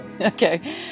Okay